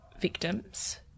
victims